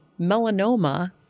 melanoma